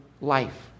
life